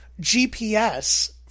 GPS